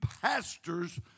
pastors